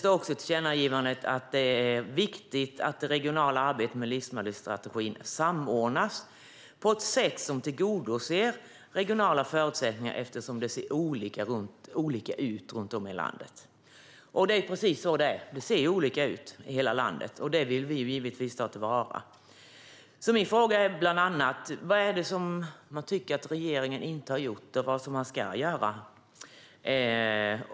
I tillkännagivandet står också att det är viktigt att det regionala arbetet med livsmedelsstrategin samordnas på ett sätt som tillgodoser regionala förutsättningar, eftersom det ser olika ut runt om i landet. Det är precis så det är: Det ser olika ut i hela landet, och detta vill vi givetvis ta till vara. Min fråga är bland annat: Vad är det ni tycker att regeringen inte har gjort men som den borde göra?